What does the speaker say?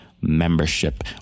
membership